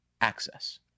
access